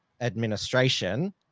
administration